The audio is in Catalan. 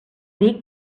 dir